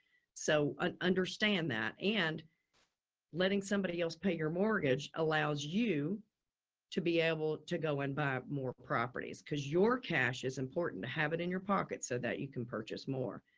so i ah understand that and letting somebody else pay your mortgage allows you to be able to go and buy more properties because your cash is important to have it in your pocket so that you can purchase more.